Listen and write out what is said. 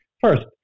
First